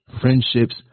friendships